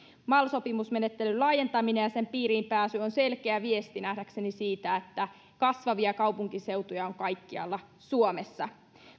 mal sopimusmenettelyn laajentaminen ja sen piiriin pääsy on nähdäkseni selkeä viesti siitä että kasvavia kaupunkiseutuja on kaikkialla suomessa